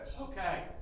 Okay